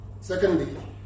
Secondly